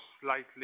slightly